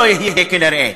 צ'רצ'יל הוא לא יהיה כנראה,